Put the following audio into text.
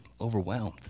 overwhelmed